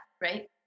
right